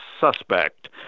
suspect